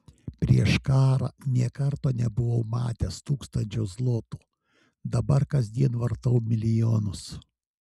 prieš karą nė karto nebuvau matęs tūkstančio zlotų dabar kasdien vartau milijonus